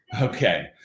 Okay